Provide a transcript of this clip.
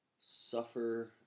suffer